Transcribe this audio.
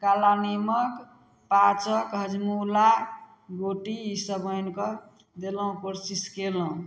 काला नीमक पाचक हजमोला गोटी ई सब आनिकऽ देलहुँ कोशिश कयलहुँ